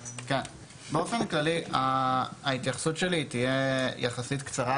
באופן כללי ההתייחסות שלי תהיה יחסית קצרה,